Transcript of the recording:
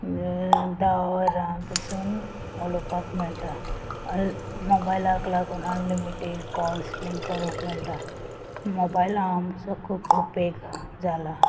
धा वरां पासून उलोवपाक मेळटा ऑन मोबायलाक लागून अनलिमिडेट कॉल्स बीन करूंक मेळटा मोबायला आमचो खूब उपेग जाला